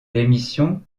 l’émission